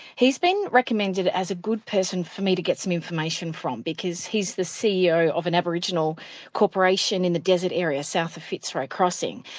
he's been recommended as a good person for me to get some information from, because he's the ceo of an aboriginal corporation in the desert area south of fitzroy crossing.